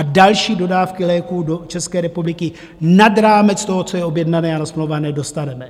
Další dodávky léků do České republiky nad rámec toho, co je objednané a nasmlouvané, dostaneme.